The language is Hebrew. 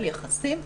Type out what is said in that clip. על יחסים,